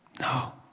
No